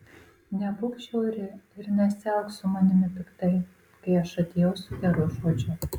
nebūk žiauri ir nesielk su manimi piktai kai aš atėjau su geru žodžiu